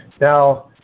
Now